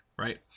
right